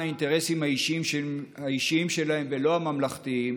האינטרסים האישיים שלהם ולא הממלכתיים,